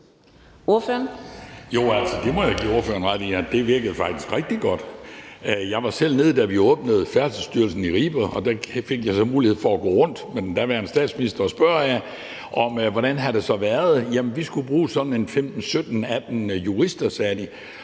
virkede rigtig godt. Jeg var selv til stede, da vi åbnede Færdselsstyrelsen i Ribe, og der fik jeg så mulighed for at gå rundt sammen med den daværende statsminister og spørge om, hvordan det så havde været. Jamen de skulle bruge sådan 15-17-18 jurister, sagde de,